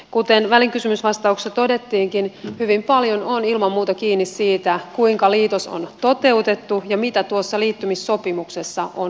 kuten välikysymysvastauksessa todettiinkin hyvin paljon on ilman muuta kiinni siitä kuinka liitos on toteutettu ja mitä tuossa liittymissopimuksessa on sovittu